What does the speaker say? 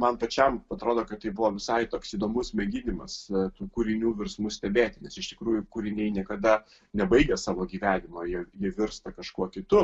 man pačiam atrodo kad tai buvo visai toks įdomus mėginimas tų kūrinių virsmus stebėti nes iš tikrųjų kūriniai niekada nebaigia savo gyvenimo jie jie virsta kažkuo kitu